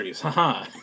haha